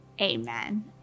amen